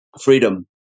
Freedom